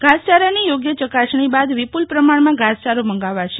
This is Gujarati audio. ઘાસચારાની યોગ્ય ચકાસણી બાદ વિપુલ પ્રમાણમાં ઘાસચારો મંગાવાશે